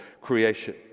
creation